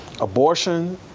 abortion